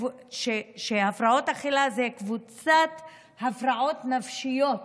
שהפרעות אכילה זה בעצם קבוצת הפרעות נפשיות